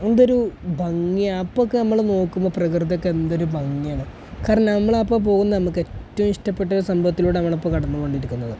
എന്തൊരു ഭംഗിയാണ് അപ്പോഴൊക്കെ നമ്മൾ നോക്കുമ്പോൾ പ്രകൃതിയൊക്കെ എന്തൊരു ഭംഗിയാണ് കാരണം നമ്മളിപ്പോൾ പോകുന്ന നമുക്ക് ഏറ്റവും ഇഷ്ടപ്പെട്ടൊരു സംഭത്തിലൂടെ നമ്മളപ്പോൾ കടന്നുകൊണ്ടിരിക്കുന്നത്